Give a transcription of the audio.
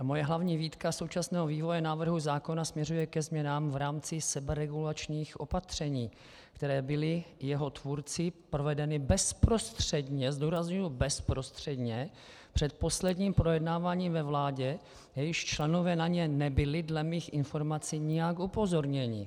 Moje hlavní výtka současného vývoje návrhu zákona směřuje ke změnám v rámci seberegulačních opatření, která byla jeho tvůrci provedena bezprostředně zdůrazňuji bezprostředně před posledním projednáváním ve vládě, jejíž členové na ně nebyli dle mých informací nijak upozorněni.